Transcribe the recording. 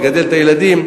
לגדל את הילדים.